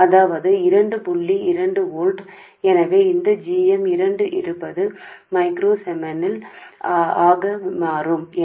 కాబట్టి ఈ జిఎమ్ రెండు ఇరవై సూక్ష్మ సిమెన్స్గా మారుతుంది